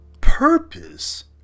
purpose